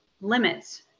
limits